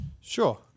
Sure